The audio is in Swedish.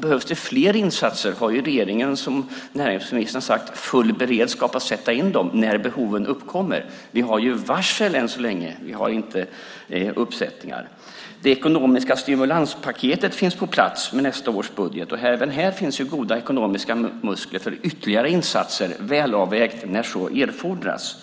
Behövs det flera insatser har ju regeringen, som näringsministern har sagt, full beredskap att sätta in dem när behoven uppkommer. Vi har ju varsel än så länge. Vi har inte uppsägningar. Det ekonomiska stimulanspaketet finns på plats med nästa års budget. Även här finns goda ekonomiska muskler för ytterligare välavvägda insatser när så erfordras.